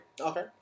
okay